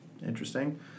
interesting